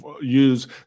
use